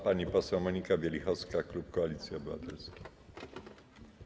Pani poseł Monika Wielichowska, klub Koalicji Obywatelskiej.